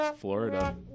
Florida